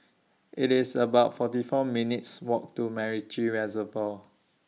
IT IS about forty four minutes' Walk to Macritchie Reservoir